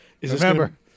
Remember